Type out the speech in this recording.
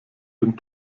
den